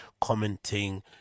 commenting